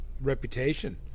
reputation